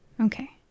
Okay